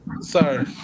Sir